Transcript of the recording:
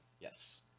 Yes